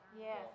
Yes